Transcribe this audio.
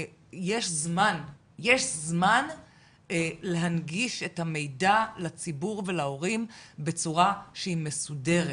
יש זמן להנגיש את המידע לציבור ולהורים בצורה שהיא מסודרת,